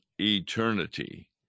eternity